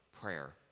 prayer